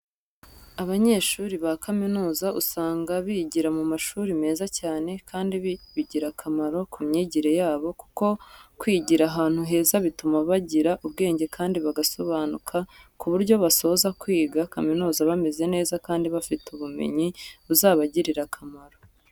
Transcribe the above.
Abanyeshuri ba kaminuza usanga bigira mu mashuri meza cyane, kandi bigira akamaro ku myigire yabo kuko kwigira ahantu heza bituma bagira ubwenge kandi bagasobanuka ku buryo basoza kwiga kaminuza bameze neza kandi bafite ubumenyi, buzabagirira akamaro.